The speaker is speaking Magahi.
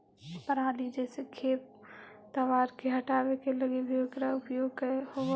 पराली जईसे खेप तवार के हटावे के लगी भी इकरा उपयोग होवऽ हई